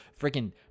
freaking